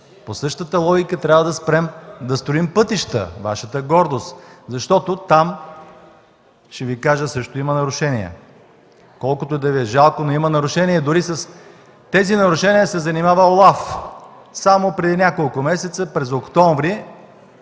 По същата логика трябва да спрем да строим пътища – Вашата гордост, защото там също има нарушения. Колкото и да Ви е жалко, но има нарушения и с тези нарушения се занимава ОЛАФ. Само преди няколко месеца, през октомври,